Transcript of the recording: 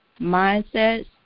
mindsets